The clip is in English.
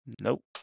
Nope